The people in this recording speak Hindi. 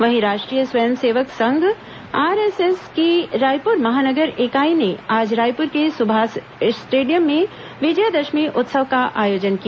वहीं राष्ट्रीय स्वयं सेवक संघ आरएसएस की रायपुर महानगर इकाई ने आज रायपुर के सुभाष स्टेडियम में विजयादषमी उत्सव का आयोजन किया